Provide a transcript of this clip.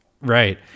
Right